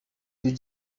you